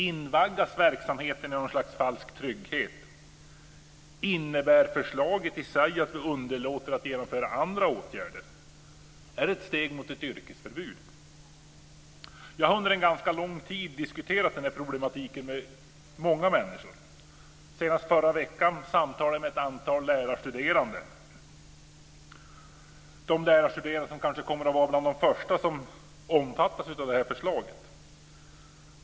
Invaggas verksamheten i något slags falsk trygghet? - Innebär förslaget i sig att vi underlåter att genomföra andra åtgärder? - Är det ett steg mot ett yrkesförbud? Jag har under ganska lång tid diskuterat den här problematiken med rätt många människor. Senast förra veckan samtalade jag med ett antal lärarstuderande, de lärarstuderande som kanske kommer att vara bland de första som omfattas av förslaget.